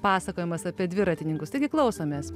pasakojimas apie dviratininkus taigi klausomės